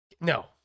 No